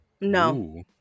no